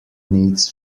needs